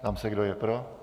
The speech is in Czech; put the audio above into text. Ptám se, kdo je pro.